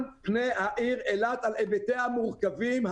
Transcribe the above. שבוע או שבועיים לאן פני העיר אילת על היבטיה המורכבים,